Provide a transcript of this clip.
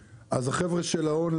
החבר'ה של האון,